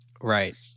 Right